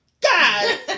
God